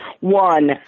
One